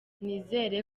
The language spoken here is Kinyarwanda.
nizere